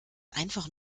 einfach